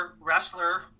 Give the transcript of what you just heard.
wrestler